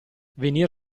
venir